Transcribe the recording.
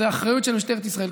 זה אחריות של משטרת ישראל,